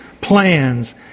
plans